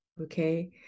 okay